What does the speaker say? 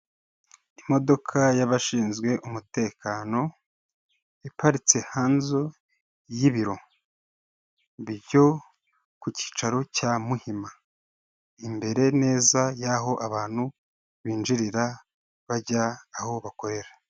Imodoka y'abashinzwe umutekano, iparitse hanze y'ibiro byo ku cyicaro cya Muhima. Imbere neza y'aho abantu binjirira bajya aho bakorera.